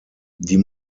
die